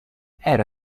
era